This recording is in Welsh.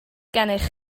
gennych